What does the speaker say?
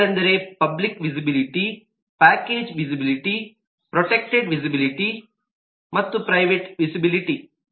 ಅವುಗಳೆಂದರೆ public visibility package visibility protected visibility ಮತ್ತು private visibility